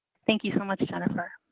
thank you so much. kind of but